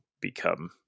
become